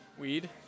Weed